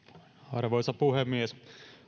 arvoisa puhemies